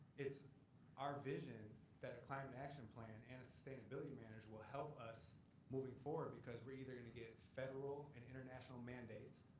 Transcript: it's our vision that a climate action plan and a sustainability manager will help us moving forward. because we're either gonna get federal, and international mandates,